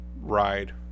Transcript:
ride